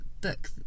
book